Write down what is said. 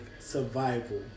survival